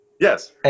Yes